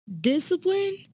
discipline